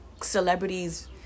celebrities